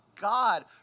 God